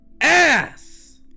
ASS